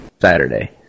Saturday